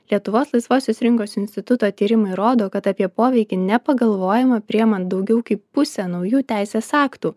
lietuvos laisvosios rinkos instituto tyrimai rodo kad apie poveikį nepagalvojama priimant daugiau kaip pusę naujų teisės aktų